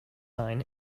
used